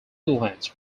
netherlands